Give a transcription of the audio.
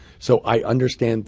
so i understand